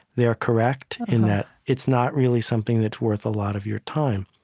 they are correct in that it's not really something that's worth a lot of your time.